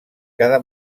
cada